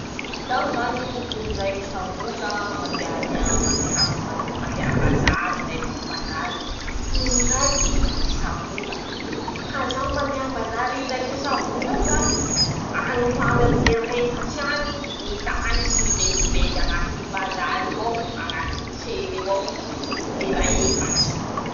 <ptoa>Zaho zany in-draiky isam-bola mandeha mia mandeha mba mandeha ambazary zay, manao bazary, in-draiky isam-bola, ka zaho mandeha ambazary in-draiky isam-bol'eo zany, añy ho añy aminy lera efatry añy ñy laniko mivezivezy añitiny bazar'io ao, añatiny tsen'eo ao, lera efatsy.